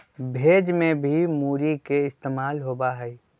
भेज में भी मूरी के इस्तेमाल होबा हई